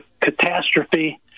catastrophe